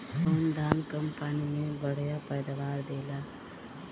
कौन धान कम पानी में बढ़या पैदावार देला?